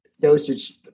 dosage